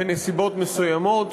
בנסיבות מסוימות.